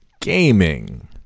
Gaming